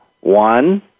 One